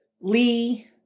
Lee